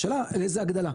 השאלה איזה הגדלה,